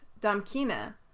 Damkina